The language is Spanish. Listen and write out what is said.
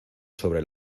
sobre